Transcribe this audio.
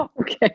okay